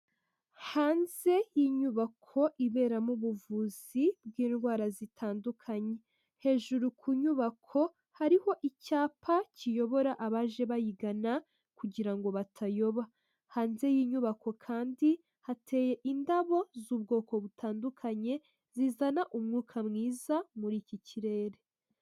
Hanze y'inyubako iberamo ubuvuzi bw'indwara zitandukanye. Hejuru ku nyubako, hariho icyapa kiyobora abaje bayigana kugira ngo batayoba. Hanze y'inyubako kandi, hateye indabo z'ubwoko butandukanye, zizana umwuka mwiza muri iki kirere.